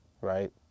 Right